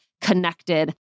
connected